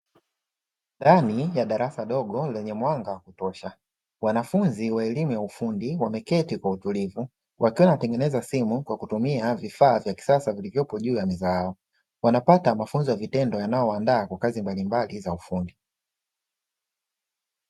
Ndani ya darasa dogo lenye mwanga kutosha wanafunzi wa elimu ya ufundi wameketi kwa utulivu wakiwa wanatengeneza simu kwa kutumia vifaa vya kisasa vilivyopo juu ya meza yao wanapata mafunzo ya kitendo yanayoandaa kwa kazi mbalimbali za ufundi.